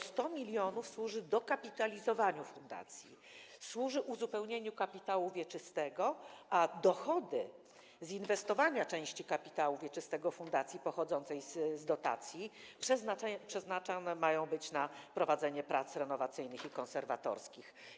100 mln służy dokapitalizowaniu fundacji, służy uzupełnieniu kapitału wieczystego, a dochody z inwestowania części kapitału wieczystego fundacji pochodzącego z dotacji mają być przeznaczone na prowadzenie prac renowacyjnych i konserwatorskich.